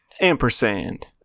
Ampersand